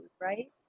right